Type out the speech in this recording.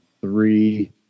three